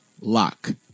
lock